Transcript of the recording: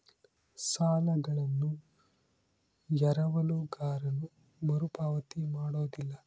ಸಾಲಗಳನ್ನು ಎರವಲುಗಾರನು ಮರುಪಾವತಿ ಮಾಡೋದಿಲ್ಲ